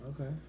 Okay